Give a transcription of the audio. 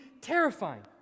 terrifying